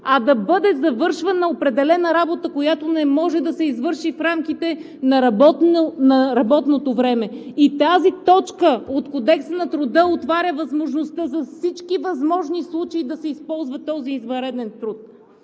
а да бъде завършвана определена работа, която не може да се извърши в рамките на работното време. И тази точка от Кодекса на труда отваря възможността за всички възможни случаи да се използва този извънреден труд.